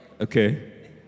okay